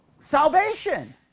Salvation